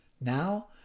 Now